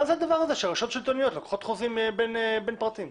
מה זה הדבר הזה שרשות שלטונית לוקחת חוזה בין פרטיים.